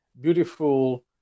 beautiful